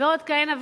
ועוד כהנה וכהנה,